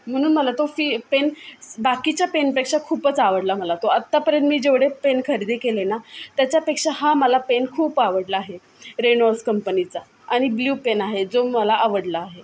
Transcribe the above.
म्हणून मला तो सी पेन बाकीच्या पेनपेक्षा खूपच आवडला मला तो आत्तापर्यंत मी जेवढे पेन खरेदी केले ना त्याच्यापेक्षा हा मला पेन खूप आवडला आहे रेनॉल्ड्स कंपनीचा आणि ब्ल्यू पेन आहे जो मला आवडला आहे